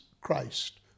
Christ